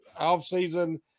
offseason